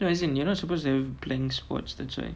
you know isn't you're not supposed to playing sports that's why